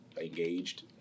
engaged